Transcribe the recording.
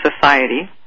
Society